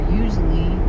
usually